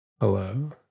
hello